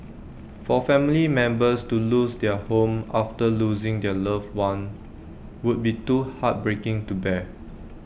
for family members to lose their home after losing their loved one would be too heartbreaking to bear